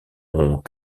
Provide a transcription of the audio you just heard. ont